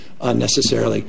unnecessarily